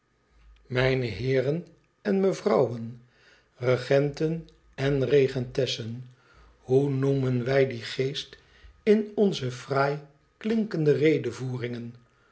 mijne heeren en bewaarlinobn sn vermanikgen i t mevrouwen regenten en regentessen hoe noennen wij dien geest in onze fraai klinkende redevoeringen